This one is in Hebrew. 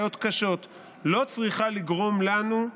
לא צריכה לגרום לנו,